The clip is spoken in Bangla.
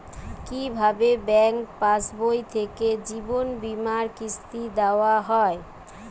কি ভাবে ব্যাঙ্ক পাশবই থেকে জীবনবীমার কিস্তি দেওয়া হয়?